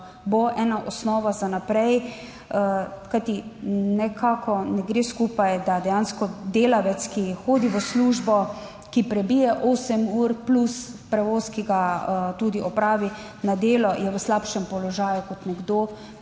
bo ena osnova za naprej. Kajti nekako ne gre skupaj, da dejansko delavec, ki hodi v službo, ki prebije 8 ur plus prevoz, ki ga tudi opravi na delo je v slabšem položaju kot nekdo,